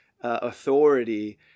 authority